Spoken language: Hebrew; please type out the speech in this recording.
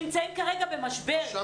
יש נתונים שרק 38% נמצאים בקשר רציף.